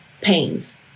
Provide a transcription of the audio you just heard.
pains